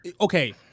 okay